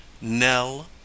Nell